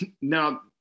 now